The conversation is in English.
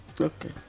Okay